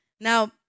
now